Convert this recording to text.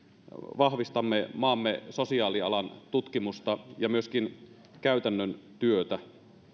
vahvistamme maamme sosiaalialan tutkimusta ja myöskin käytännön työtä